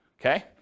Okay